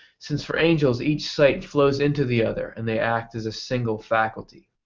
since for angels each sight flows into the other and they act as a single faculty.